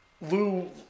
Lou